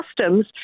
customs